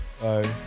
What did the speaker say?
bye